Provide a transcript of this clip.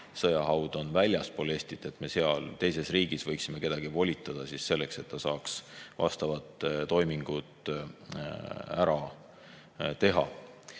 sõjahaud on väljaspool Eestit, siis me võiksime seal teises riigis kedagi volitada selleks, et ta saaks vastavad toimingud ära teha.